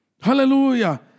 Hallelujah